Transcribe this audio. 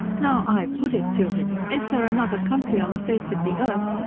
now, i put it to him is there another country on the face of the earth,